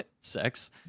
sex